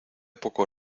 poco